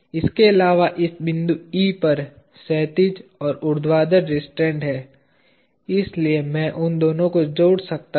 इसके अलावा इस बिंदु E पर क्षैतिज और ऊर्ध्वाधर रिस्ट्रैन्ट हैं इसलिए मैं उन दोनों को जोड़ सकता हूं